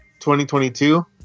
2022